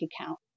account